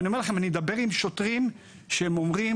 אני מדבר עם שוטרים שאומרים: